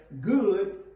good